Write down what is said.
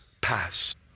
pass